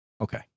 Okay